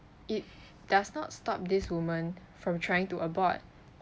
it does not stop this woman from trying to abort